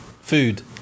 Food